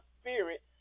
spirit